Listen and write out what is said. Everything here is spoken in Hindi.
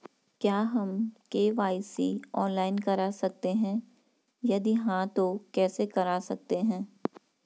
क्या हम के.वाई.सी ऑनलाइन करा सकते हैं यदि हाँ तो कैसे करा सकते हैं?